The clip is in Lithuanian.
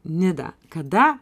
nida kada